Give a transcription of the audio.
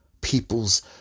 people's